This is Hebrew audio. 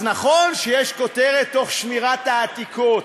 אז נכון שיש כותרת "תוך שמירת העתיקות",